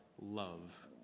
love